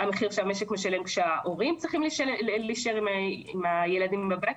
והמחיר שהמשק משלם כשההורים צריכים להישאר עם הילדים בבית,